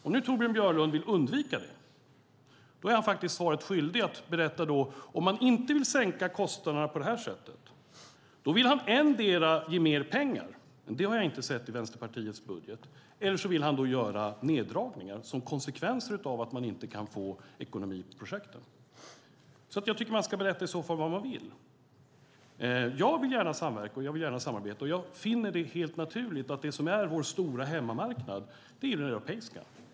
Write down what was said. Om Torbjörn Björlund vill undvika det är han faktiskt svaret skyldig. Om han inte vill sänka kostnaderna på detta sätt vill han antingen ge mer pengar, vilket jag inte har sett i Vänsterpartiets budget, eller göra neddragningar som en konsekvens av att man inte kan få ekonomi i projekten. Jag tycker att man i så fall ska berätta vad man vill. Jag vill gärna samverka och samarbeta, och jag finner det helt naturligt att det som är vår stora hemmamarknad är den europeiska.